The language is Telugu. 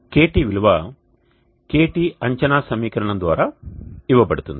KT విలువ KT అంచనా సమీకరణం ద్వారా ఇవ్వబడుతుంది